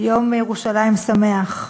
יום ירושלים שמח.